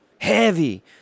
heavy